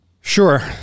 Sure